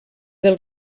del